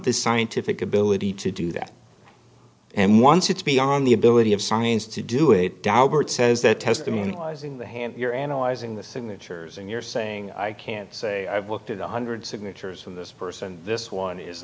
the scientific ability to do that and once it's beyond the ability of science to do it daubert says that testimony lies in the hand you're analyzing the signatures and you're saying i can say i've looked at one hundred signatures from this person this one is